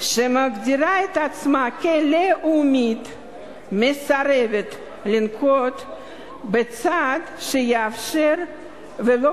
שמגדירה את עצמה כלאומית מסרבות לנקוט צעד שישפר ולו